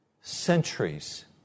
centuries